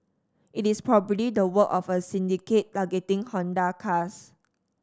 it is probably the work of a syndicate targeting Honda cars